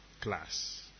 Class